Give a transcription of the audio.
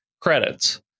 credits